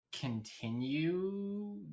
continue